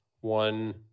one